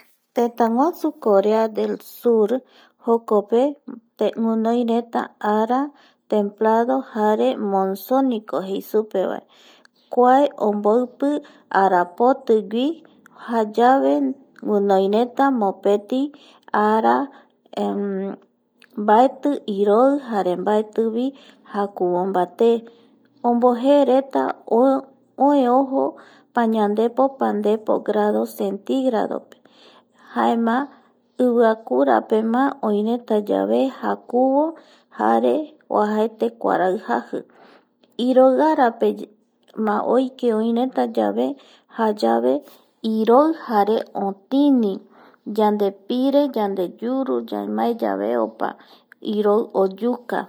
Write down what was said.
Tëtäguasu Corea del Sur jokope guinoireta ara templado jare monsonico jei supevae kua omboipi arapotigui jayave guinoireta mopeti ara mbaeti iroi jare mbaeti jakuvombate ombo jeereta oe ojo pañandepo pandepo grado centigrado jaema iviakurapema oiretayave jakuvo jare oajaete kuarai jaji, iroi arapema oike oiretayave jayave iroi jare otini yandepire, yandeyuru ñamaeyave opa iroi oyuka